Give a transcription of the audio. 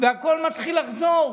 והכול מתחיל לחזור.